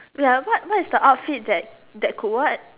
ya what what is the outfits that that could what